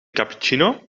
cappuccino